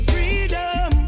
Freedom